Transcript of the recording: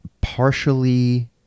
partially